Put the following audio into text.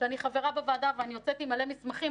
כשאני חברה בוועדה ואני יוצאת עם מלא מסמכים,